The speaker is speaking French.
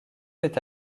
fait